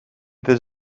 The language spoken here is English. this